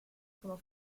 como